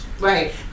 Right